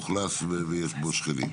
מאוכלס ויש בו שכנים.